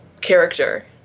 character